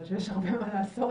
אבל שיש הרבה מה לעשות,